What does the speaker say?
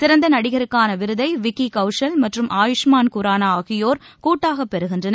சிறந்த நடிகருக்கான விருதை விக்கி கவுஷல் மற்றும் ஆயுஷ்மான் குரானா ஆகியோர் கூட்டாகப் பெறுகின்றனர்